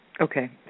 Okay